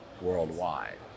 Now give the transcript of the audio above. worldwide